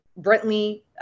Brentley